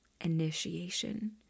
initiation